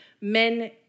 Men